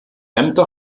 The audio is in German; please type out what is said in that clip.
ämter